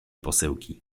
posyłki